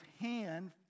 hand